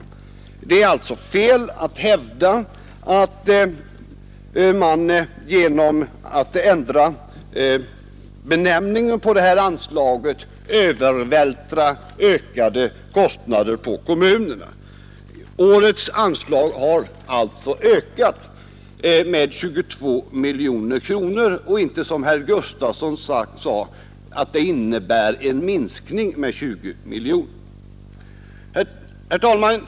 Det är alltså fel att hävda att man genom att ändra benämningen på detta anslag övervältrar kostnader på kommunerna. Statsverkspropositionens förslag innebär en ökning med 22 miljoner kronor och alltså inte, som herr Gustafson i Göteborg sade, en minskning med 20 miljoner kronor. Herr talman!